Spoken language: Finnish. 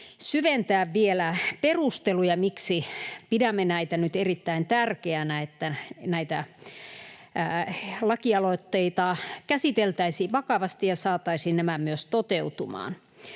syventää vielä perusteluja, miksi pidämme nyt erittäin tärkeänä, että näitä lakialoitteita käsiteltäisiin vakavasti ja saataisiin nämä myös toteutumaan.